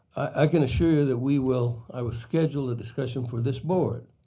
i can assure you that we will i will schedule a discussion for this board